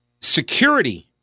Security